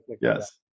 yes